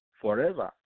forever